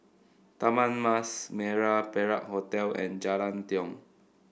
Taman Mas Merah Perak Hotel and Jalan Tiong